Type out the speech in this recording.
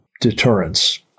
deterrence